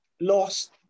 lost